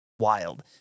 Wild